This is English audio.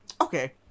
okay